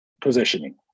positioning